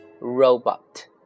Robot